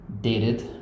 dated